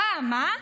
הפעם מה?